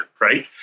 right